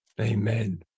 Amen